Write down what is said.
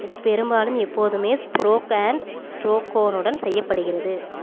இது பெரும்பாலும் எப்போதுமே ஸ்ப்ரோகேண்ட் ஸ்ட்ரோக்கோனுடன் செய்யப்படுகிறது